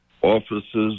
offices